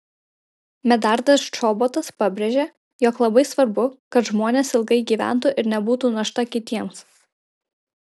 medardas čobotas pabrėžė jog labai svarbu kad žmonės ilgai gyventų ir nebūtų našta kitiems